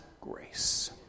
grace